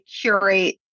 curate